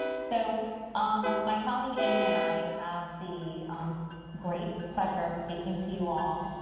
so um my colleague, amy and i have the great pleasure of speaking to you all